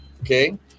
Okay